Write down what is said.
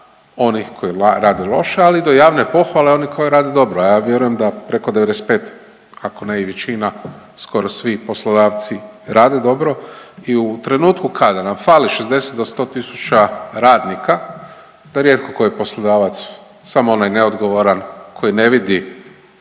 onih koji rade loše, ali i do javne pohvale oni koji rade dobro, a ja vjerujem da preko 95%, ako ne i većina, skoro svi poslodavci rade dobro i u trenutku kada nam fali 60 do 100 tisuća radnika, rijetko koji poslodavac, samo onaj neodgovaran koji ne vidi